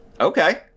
okay